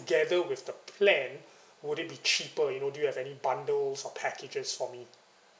together with the plan would it be cheaper you know do you have any bundles or packages for me